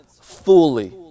fully